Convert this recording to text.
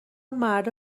مردا